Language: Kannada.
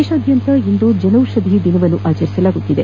ದೇಶದಾದ್ಯಂತ ಇಂದು ಜನೌಷಧಿ ದಿನವನ್ನು ಆಚರಿಸಲಾಗುತ್ತಿದೆ